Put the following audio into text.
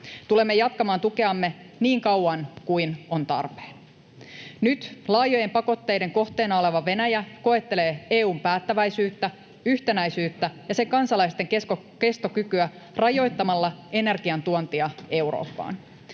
Tulemme jatkamaan tukeamme niin kauan kuin on tarpeen. Nyt laajojen pakotteiden kohteena oleva Venäjä koettelee EU:n päättäväisyyttä, yhtenäisyyttä ja sen kansalaisten kestokykyä rajoittamalla energian tuontia Eurooppaan.